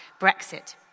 Brexit